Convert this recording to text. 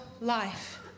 life